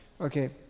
okay